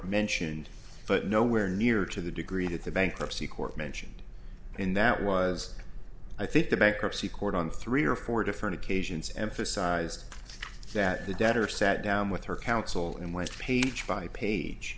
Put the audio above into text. mentioned but nowhere near to the degree that the bankruptcy court mentioned in that was i think the bankruptcy court on three or four different occasions emphasized that the debtor sat down with her counsel and west page by page